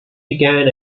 began